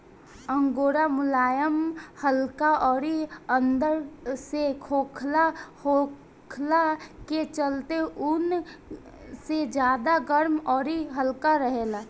angora मुलायम हल्का अउरी अंदर से खोखला होखला के चलते ऊन से ज्यादा गरम अउरी हल्का रहेला